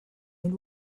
mil